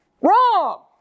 Wrong